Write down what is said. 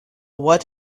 what